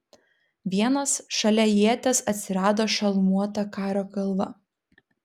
vienas šalia ieties atsirado šalmuota kario galva